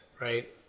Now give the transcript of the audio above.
right